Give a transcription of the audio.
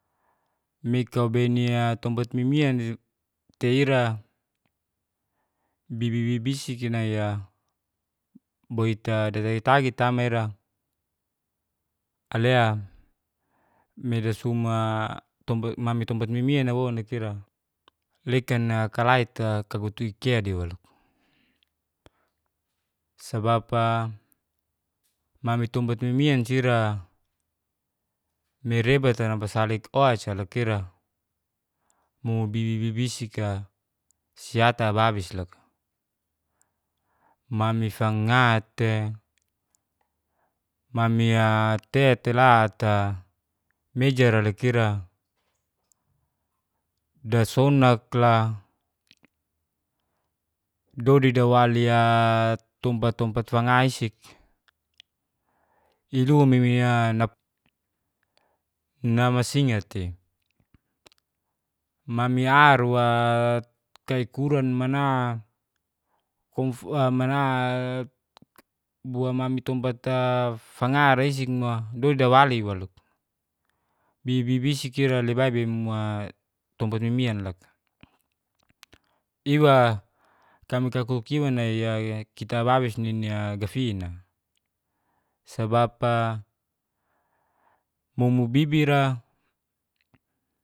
Mikau benia tompat mimian tei ira, bibibisiki naiya boita datagi-tagi tama ira. alea medasuma mami tempat mimianawao nakira lekan'a kalait'a kagutuikia de walo. Sabab'a mami tompat mimian sira merebat salitoasa lakira, mo bibibisika siata babisn loka. Mami fanga loka, mamia'a tei telata mejara lakira dasonakla, dodi dewaliat tompat-tompat fangaisik, ilu mimia namasinga tei. Mamiaruat kaikuranmanat. kunfuamanat. boamami tompat'e fanga rezingmo dodilawali walo. Bibibisik kira lebai bemuat tompat mimian loka, iwa kami kakuk iwa nai'a kita babis nini'a gafin'a. Sabab'a mumubibira